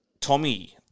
Tommy